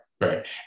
right